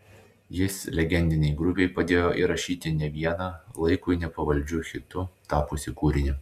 jis legendinei grupei padėjo įrašyti ne vieną laikui nepavaldžiu hitu tapusį kūrinį